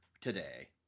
today